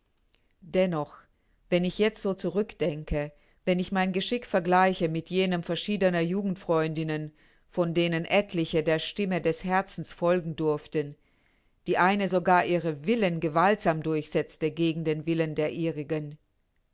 dennoch wenn ich jetzt so zurückdenke wenn ich mein geschick vergleiche mit jenem verschiedener jugendfreundinnen von denen etliche der stimme des herzens folgen durften die eine sogar ihren willen gewaltsam durchsetzte gegen den willen der ihrigen